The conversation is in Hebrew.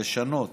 לשנות